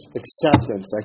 acceptance